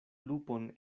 lupon